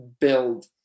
build